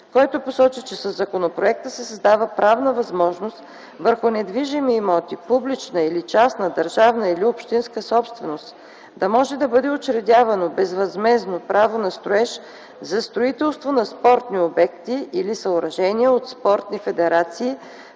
който посочи, че със законопроекта се създава правна възможност върху недвижими имоти - публична или частна държавна или общинска собственост, да може да бъде учредявано безвъзмездно право на строеж за строителство на спортни обекти и/или съоръжения от спортни федерации